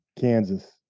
Kansas